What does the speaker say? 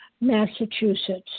massachusetts